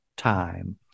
Time